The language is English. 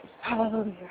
Hallelujah